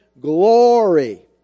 glory